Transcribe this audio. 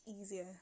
easier